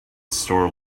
store